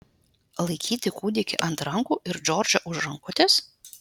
laikyti kūdikį ant rankų ir džordžą už rankutės